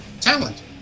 talent